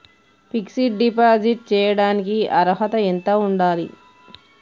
Fix డ్ deposit చేయటానికి అర్హత ఎంత ఉండాలి?